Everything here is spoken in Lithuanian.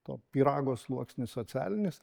to pyrago sluoksnis socialinis